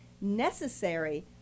necessary